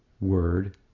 word